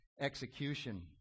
execution